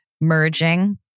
merging